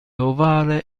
ovale